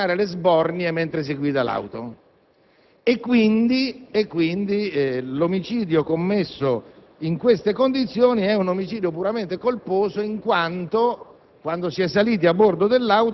di essere in grado di dominare le sbornie mentre si guida l'auto; l'omicidio commesso in queste condizioni è quindi puramente colposo in quanto,